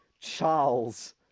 Charles